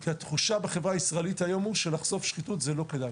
כי התחושה בחברה הישראלית היום היא שלחשוף שחיתות זה לא כדאי.